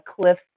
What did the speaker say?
cliff